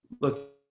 look